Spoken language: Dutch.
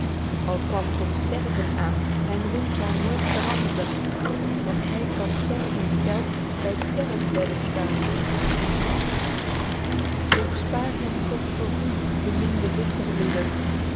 kwam t op sterven aen zyn roem zal nooit verandren want hy kan stervend zelf by t sterrefbedde staen doch spaer hem god voor u beminde